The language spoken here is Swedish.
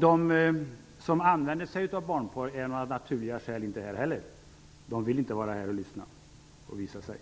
De som använder barnpornografi är av naturliga skäl inte här -- de vill inte lyssna och inte visa sig